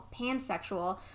pansexual